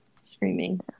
screaming